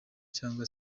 cyangwa